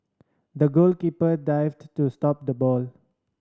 the goalkeeper dived to stop the ball